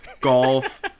Golf